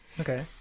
Okay